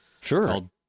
Sure